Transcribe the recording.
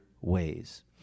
ways